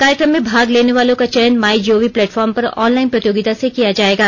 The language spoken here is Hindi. कार्य क्रम में भाग लेने वालों का चयन माईजीओवी प्लेटफॉर्म पर ऑनलाइन प्रतियोगिता से किया जाएगा